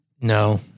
no